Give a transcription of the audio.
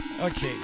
okay